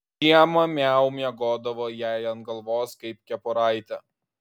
žiemą miau miegodavo jai ant galvos kaip kepuraitė